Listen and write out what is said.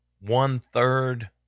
One-third